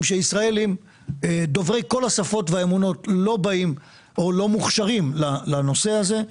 שישראלים דוברי כל השפות והאמונות לא באים או לא מוכשרים לנושא הזה,